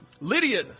Lydia